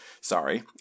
sorry